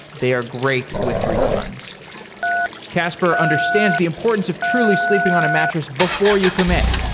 they are great with refunds casper understands the importance of truly sleeping on a mattress before you commit,